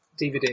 DVD